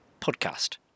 podcast